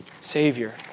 Savior